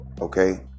Okay